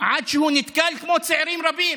עד שהוא נתקל, כמו צעירים רבים,